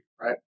right